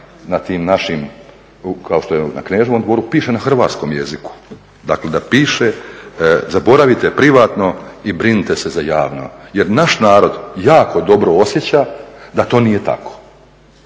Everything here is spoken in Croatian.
na tim našim kao što je na Kneževom dvoru piše na hrvatskom jeziku. Dakle da piše zaboravite privatno i brinite se za javno jer naš narod jako dobro osjeća da to nije tako